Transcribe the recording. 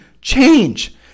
change